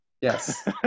yes